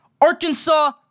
Arkansas